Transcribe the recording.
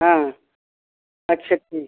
हाँ अच्छा ठीक